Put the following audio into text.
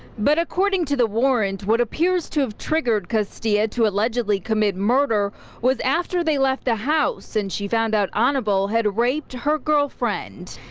but according to the warrant, what appears to have triggered castilla to allegedly commit murder was after they left the house and she found out ah hannibal raped her girlfriend.